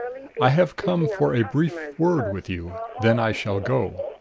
i have come for a brief word with you then i shall go.